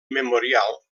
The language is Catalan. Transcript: memorial